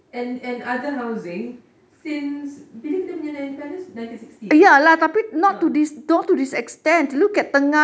and and other housing since bila kita punya independence nineteen sixties ah